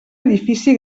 edifici